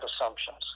assumptions